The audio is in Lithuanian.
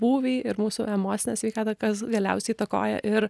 būvį ir mūsų emocinę sveikatą kas galiausiai įtakoja ir